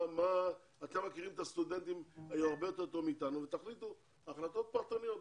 אתם מכירים את הסטודנטים הרבה יותר טוב מאיתנו ותחליטו החלטות פרטניות.